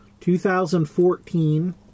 2014